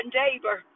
neighbor